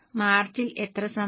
മാർച്ചിൽ എത്ര സമയം